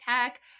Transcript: tech